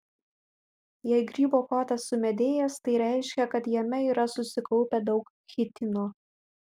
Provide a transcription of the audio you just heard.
jei grybo kotas sumedėjęs tai reiškia kad jame yra susikaupę daug chitino